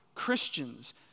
Christians